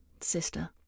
sister